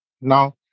Now